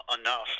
enough